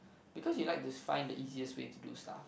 because you like to find the easiest way to do stuff